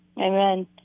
Amen